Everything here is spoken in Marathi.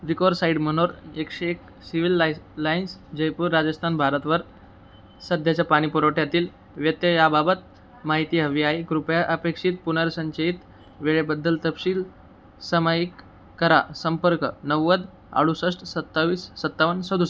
दिकोर साईड मनोर एकशे एक सिव्हल लायस लाईन्स जयपूर राजस्थान भारतवर सध्याच्या पाणी पुरवठ्यातील व्यत्ययाबाबत माहिती हवी आहे कृपया अपेक्षित पुनर्संचयित वेळेबद्दल तपशील समायिक करा संपर्क नव्वद अडुसष्ट सत्तावीस सत्तावन सदुसष्ट